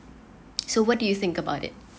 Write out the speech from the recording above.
so what do you think about it